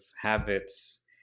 habits